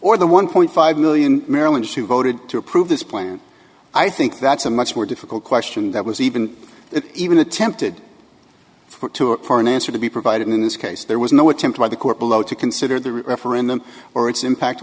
or the one point five million maryland she voted to approve this plan i think that's a much more difficult question that was even even attempted for an answer to be provided in this case there was no attempt by the court below to consider the referendum or its impact